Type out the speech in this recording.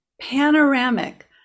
panoramic